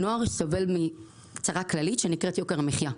שנוער סובל מצרה כללית שנקראת יוקר המחיה.